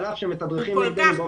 על אף שמתדרכים נגדנו באופן קבוע כל